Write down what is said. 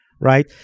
right